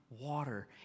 Water